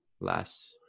last